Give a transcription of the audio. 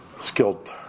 skilled